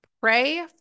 pray